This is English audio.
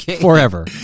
Forever